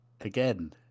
Again